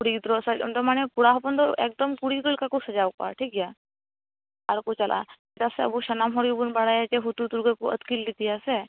ᱠᱩᱲᱤ ᱜᱤᱫᱽᱨᱟ ᱥᱟᱡᱽ ᱚᱸᱰᱮ ᱢᱟᱱᱮ ᱠᱚᱲᱟᱦᱚᱯᱚᱱ ᱫᱚ ᱮᱠᱫᱚᱢ ᱠᱩᱲᱤ ᱜᱤᱫᱽᱨᱟ ᱞᱮᱠᱟᱠᱚ ᱥᱟᱡᱟᱣ ᱠᱚᱜᱼᱟ ᱴᱷᱤᱠᱜᱮᱭᱟ ᱟᱨ ᱠᱚ ᱪᱟᱞᱟᱜᱼᱟ ᱪᱮᱰᱟᱜ ᱥᱮ ᱟᱵᱚ ᱥᱟᱱᱟᱢ ᱦᱚᱲ ᱜᱮᱵᱚᱱ ᱵᱟᱲᱟᱭ ᱡᱮ ᱦᱩᱫᱩᱲᱫᱩᱨᱜᱟ ᱠᱚ ᱟᱹᱛᱠᱤᱨ ᱞᱮᱫᱮᱭᱟ ᱥᱮ